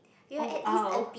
oh